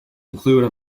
include